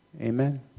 amen